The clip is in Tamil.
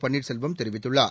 பன்னீர்செல்வம் தெரிவித்துள்ளார்